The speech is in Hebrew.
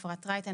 אפרת רייטן,